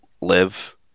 live